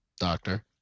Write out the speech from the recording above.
Doctor